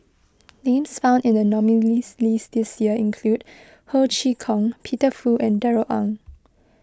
names found in the nominees' list this year include Ho Chee Kong Peter Fu and Darrell Ang